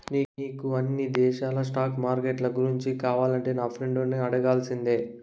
నీకు అన్ని దేశాల స్టాక్ మార్కెట్లు గూర్చి కావాలంటే నా ఫ్రెండును అడగాల్సిందే